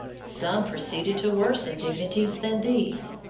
some proceeded to worse indignities than these,